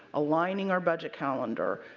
aligning our budget calendar,